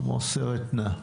כמו סרט נע.